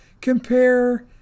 Compare